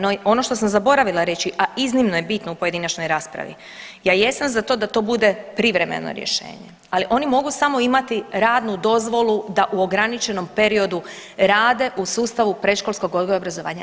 No, ono što sam zaboravila reći, a iznimno je bitno u pojedinačnoj raspravi, ja jesam za to da to bude privremeno rješenje, ali oni mogu samo imati radnu dozvolu da u ograničenom periodu rade u sustavu predškolskog odgoja i obrazovanja.